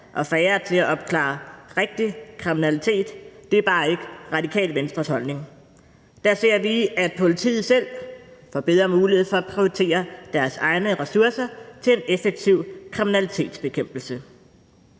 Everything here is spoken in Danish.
og færre til at opklare rigtig kriminalitet – det er bare ikke Radikale Venstres holdning. Der ser vi, at politiet selv får bedre mulighed for at prioritere deres egne ressourcer til en effektiv kriminalitetsbekæmpelse.